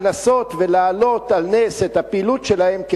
לנסות ולהעלות על נס את הפעילות שלהם,